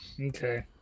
Okay